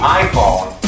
iPhone